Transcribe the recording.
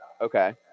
Okay